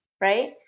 right